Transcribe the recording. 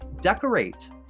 Decorate